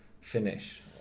finish